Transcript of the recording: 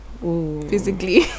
Physically